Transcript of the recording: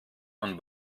von